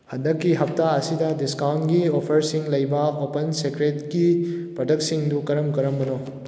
ꯍꯟꯗꯛꯀꯤ ꯍꯞꯇꯥ ꯑꯁꯤꯗ ꯗꯤꯁꯀꯥꯎꯟꯒꯤ ꯑꯣꯐꯔꯁꯤꯡ ꯂꯩꯕ ꯑꯣꯄꯟ ꯁꯦꯀ꯭꯭ꯔꯦꯠꯀꯤ ꯄ꯭ꯔꯗꯛꯁꯤꯡꯗꯨ ꯀꯔꯝ ꯀꯔꯝꯕꯅꯣ